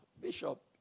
Bishop